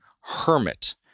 hermit